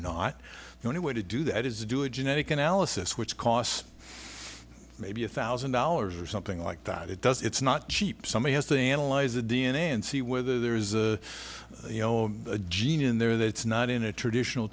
not the only way to do that is to do it genetic analysis which costs maybe a thousand dollars or something like that it does it's not cheap somebody has to analyze the d n a and see whether there is a you know a gene in there that it's not in a traditional